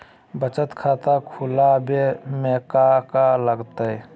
बचत खाता खुला बे में का का लागत?